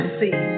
see